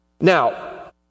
Now